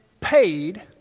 paid